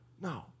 No